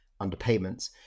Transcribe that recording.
underpayments